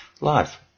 live